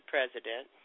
President